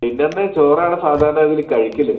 ഡിന്നറിന് ചോറാണ് സാധാരണ ഗതിയിൽ കഴിക്കൽ